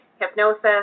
hypnosis